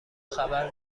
خبر